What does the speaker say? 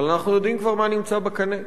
אבל אנחנו יודעים כבר מה נמצא בקנה.